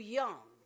young